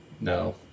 No